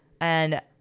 And-